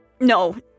No